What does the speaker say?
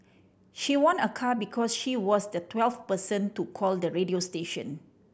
she won a car because she was the twelfth person to call the radio station